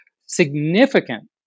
significant